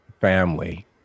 family